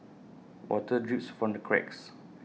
water drips from the cracks